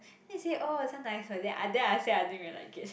then he say oh this one nice what then I then I say I didn't really like it